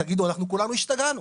תגידו - אנחנו כולנו השתגענו.